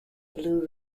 blue